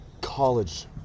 college